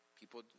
people